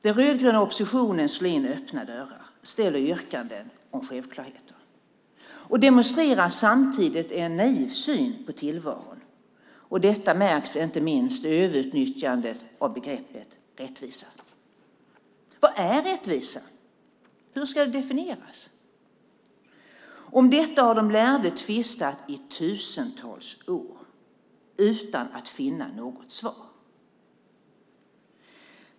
Den rödgröna oppositionen slår in öppna dörrar, ställer yrkanden om självklarheter och demonstrerar samtidigt en naiv syn på tillvaron. Detta märks inte minst i överutnyttjandet av begreppet rättvisa. Vad är rättvisa? Hur ska det definieras? Om detta har de lärde tvistat i tusentals år utan att finna något svar.